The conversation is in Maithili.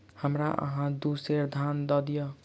हमरा अहाँ दू सेर धान दअ दिअ